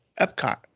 Epcot